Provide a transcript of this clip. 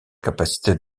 capacité